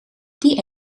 die